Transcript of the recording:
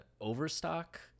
overstock